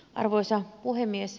arvoisa puhemies